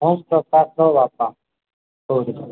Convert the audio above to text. ହଁ ପ୍ରକାଶର ବାପା କହୁଥିଲି